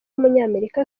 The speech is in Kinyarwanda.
w’umunyamerika